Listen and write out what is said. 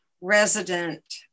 resident